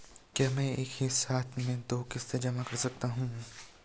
क्या मैं एक ही साथ में दो किश्त जमा कर सकता हूँ?